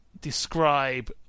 describe